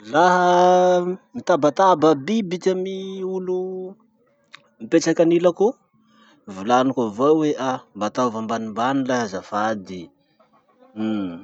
Laha mitabataba biby ty amy olo mipetraky anilako eo, volaniko avao hoe ah mba ataovy ambanimbany lahy azafady, uhm.